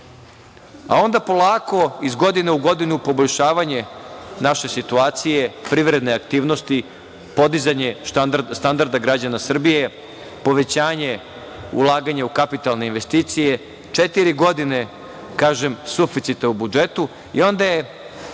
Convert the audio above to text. a onda polako, iz godine u godinu poboljšavanje naše situacije, privredne aktivnosti, podizanje standarda građana Srbije, povećanje ulaganja u kapitalne investicije. Četiri godine, kažem, suficita u budžetu. Onda je